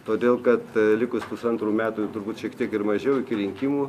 todėl kad likus pusantrų metų ir turbūt šiek tiek ir mažiau iki rinkimų